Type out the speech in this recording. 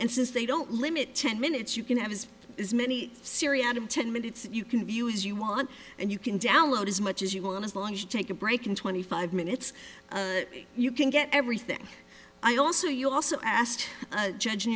and since they don't limit ten minutes you can have as many syria out of ten minutes you can view as you want and you can download as much as you want as long as you take a break and twenty five minutes you can get everything i also you also asked judg